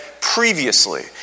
previously